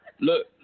Look